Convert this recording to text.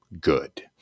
good